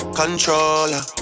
controller